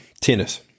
tennis